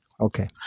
Okay